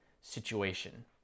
situation